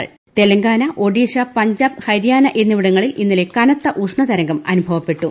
കനത്ത തെലങ്കാന ഒഡീഷ പഞ്ചാബ് ഹരിയാന എന്നിവിടങ്ങളിൽ ഇന്നലെ കനത്ത ഉഷ്ണതരംഗം അനുഭവപ്പെട്ടു